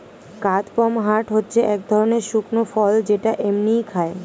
কাদপমহাট হচ্ছে এক ধরণের শুকনো ফল যেটা এমনিই খায়